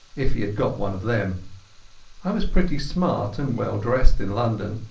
if he had got one of them i was pretty smart and well dressed in london,